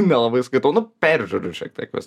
nelabai skaitau nu peržiūriu šiek tiek juos